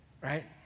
right